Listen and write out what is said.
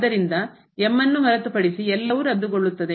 ಆದ್ದರಿಂದ ಹೊರತುಪಡಿಸಿ ಎಲ್ಲವೂ ರದ್ದುಗೊಳ್ಳುತ್ತದೆ